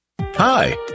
Hi